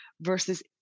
versus